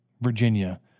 Virginia